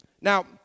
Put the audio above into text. Now